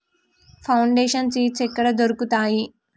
Foundation seeds ఎక్కడ దొరుకుతాయి?